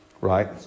Right